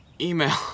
Email